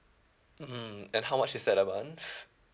mm and how much is that a month